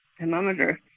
thermometer